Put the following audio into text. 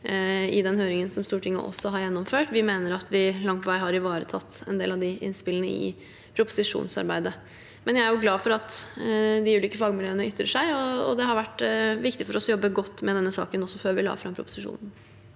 i den høringen som Stortinget har gjennomført. Vi mener at vi langt på vei har ivaretatt en del av de innspillene i proposisjonsarbeidet. Jeg er glad for at de ulike fagmiljøene ytrer seg, og det har vært viktig for oss å jobbe godt med denne saken også før vi la fram proposisjonen.